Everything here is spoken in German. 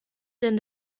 denn